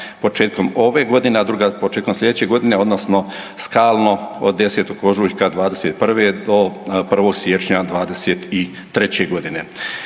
početkom ove godine, a druga početkom slijedeće godine odnosno skalno od 10. ožujka '21. do 1. siječnja '23. Da